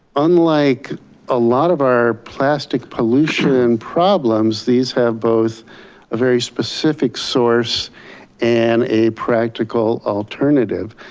unlike a lot of our plastic pollution and problems, these have both a very specific source and a practical alternative.